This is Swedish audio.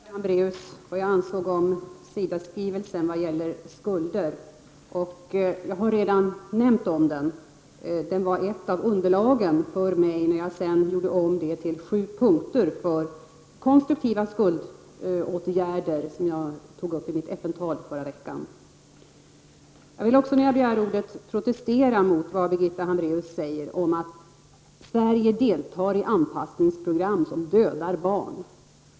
Herr talman! Birgitta Hambraeus frågade vad jag anser om SIDAS skrivelse beträffande u-ländernas skulder. Jag har redan nämnt om den. Den var ett av underlagen när jag sammanställde de sju punkter för konstruktiva skuldåtgärder som jag tog upp i mitt FN-tal förra veckan. Jag vill också protestera mot vad Birgitta Hambraeus säger om att Sverige deltar i anpassningsprogram som dödar barn.